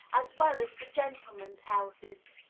as well as for gentlemen's houses.